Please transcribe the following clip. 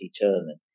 determined